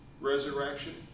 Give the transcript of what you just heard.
resurrection